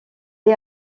est